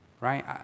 Right